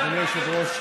אדוני היושב-ראש,